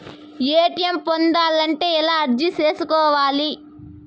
ATM పొందాలంటే ఎలా అర్జీ సేసుకోవాలి?